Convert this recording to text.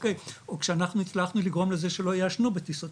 או כשאנחנו הצלחנו לגרום לזה שלא לעשן בטיסות,